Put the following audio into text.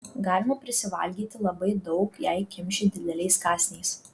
galima prisivalgyti labai daug jei kimši dideliais kąsniais